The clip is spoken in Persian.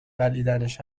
بلعیدنش